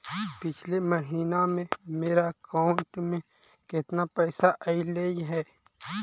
पिछले महिना में मेरा अकाउंट में केतना पैसा अइलेय हे?